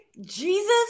Jesus